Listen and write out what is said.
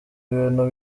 ibintu